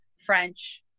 French